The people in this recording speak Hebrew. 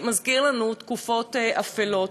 מזכירים לנו תקופות אפלות,